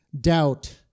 doubt